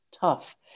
tough